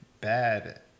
bad